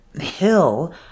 hill